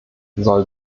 soll